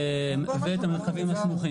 ואת המרחבים הסמוכים.